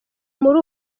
muri